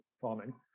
farming